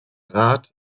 rat